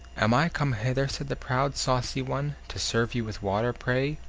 am i come hither, said the proud, saucy one, to serve you with water, pray?